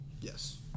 Yes